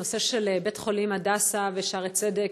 הנושא של בתי-החולים הדסה ושערי צדק,